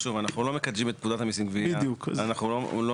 שוב, אנחנו לא מקדשים את פקודת המיסים (גבייה).